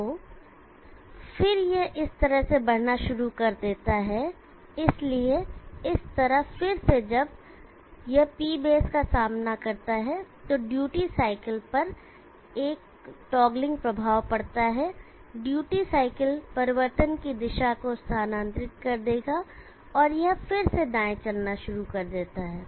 तो फिर यह इस तरह से बढ़ना शुरू कर देता है इसलिए इस तरह फिर से जब यह P बेस का सामना करता है तो ड्यूटी साइकिल पर एक का टॉगलिंग प्रभाव पड़ता है ड्यूटी साइकिल परिवर्तन की दिशा को स्थानांतरित कर देगा और यह फिर से दाएं चलना शुरू कर देता है